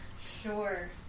Sure